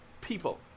people